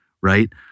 right